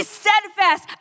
steadfast